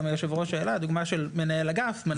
גם היושב ראש העלה דוגמה של מנהל אגף,